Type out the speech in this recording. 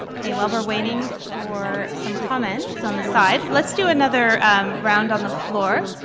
ok. while we're waiting for some comments on the side, let's do another round on the floor,